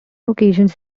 occasions